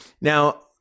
Now